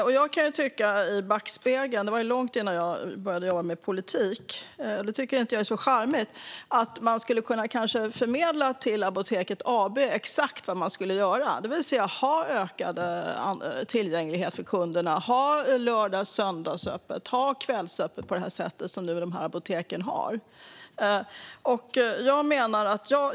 Om man tittar i backspegeln tycker jag att man i stället för reformen - nu var detta långt innan jag började jobba med politik - skulle ha kunnat förmedla till Apoteket AB exakt vad man ville ha, alltså att apoteken skulle ha ökad tillgänglighet för kunderna med lördags, söndags och kvällsöppet på det sätt de apotek vi talar om har i dag.